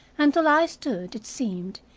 until i stood, it seemed,